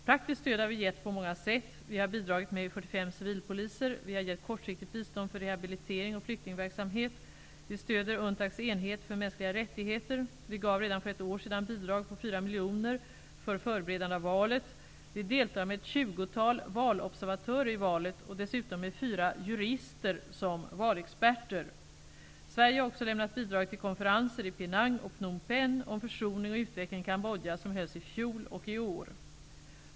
Praktiskt stöd har vi gett på många sätt: -- vi har bidragit med 45 civilpoliser -- vi har gett kortsiktigt bistånd för rehabilitering och flyktingverksamhet -- vi stöder UNTAC:s enhet för mänskliga rättigheter -- vi gav redan för ett år sedan bidrag på 4 miljoner för förberedande av valet -- vi deltar med ett tjugotal valobservatörer i valet, och dessutom med fyra jurister som valexperter -- Sverige har också lämnat bidrag till konferenser i Penang och Phnom Penh om försoning och utveckling i Cambodja, som hölls i fjol och i år.